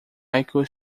michel